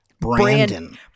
Brandon